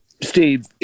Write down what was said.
Steve